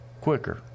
quicker